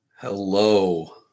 Hello